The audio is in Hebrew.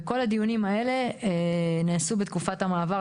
בכל הדיונים האלה נעשו בתקופת המעבר,